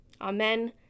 Amen